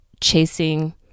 chasing